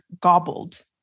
gobbled